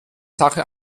sache